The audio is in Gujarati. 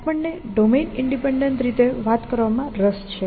આપણને ડોમેન ઈંડિપેંડેન્ટ રીતે વાત કરવામાં રસ છે